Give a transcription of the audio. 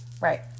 right